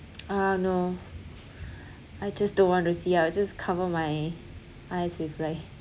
ah no I just don't want to see I'll just cover my eyes with like